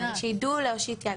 שידעו להושיט יד.